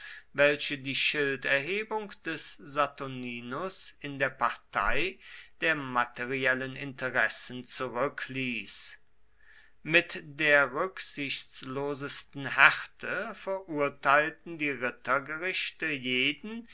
welche die schilderhebung des saturninus in der partei der materiellen interessen zurückließ mit der rücksichtslosesten härte verurteilten die rittergerichte jeden